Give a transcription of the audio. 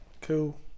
cool